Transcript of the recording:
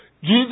Jesus